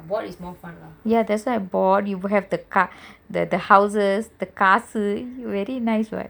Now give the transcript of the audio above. ya that's why board you have the houses the castle very nice [what]